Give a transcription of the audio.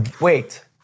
Wait